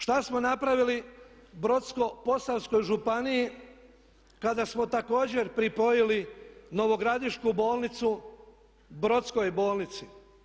Šta smo napravili Brodsko-posavskoj županiji kada smo također pripojili Novogradišku bolnicu Brodskoj bolnici?